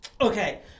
Okay